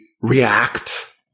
react